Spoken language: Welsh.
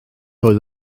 oedd